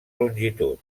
longitud